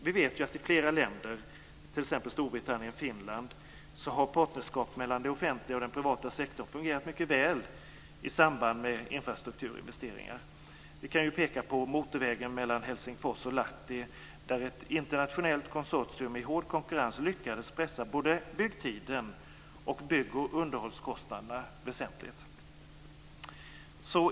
Vi vet att i flera länder, t.ex. Storbritannien och Finland, har partnerskap mellan det offentliga och den privata sektorn fungerat mycket väl i samband med infrastrukturinvesteringar. Vi kan peka på motorvägen mellan Helsingfors och Lahti, där ett internationellt konsortium i hård konkurrens lyckades pressa både byggtiden och bygg och underhållskostnaderna väsentligt.